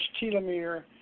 telomere